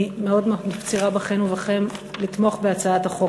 אני מאוד מפצירה בכם ובכן לתמוך בהצעת החוק